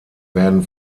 werden